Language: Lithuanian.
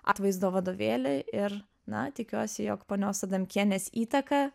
atvaizdo vadovėlį ir na tikiuosi jog ponios adamkienės įtaka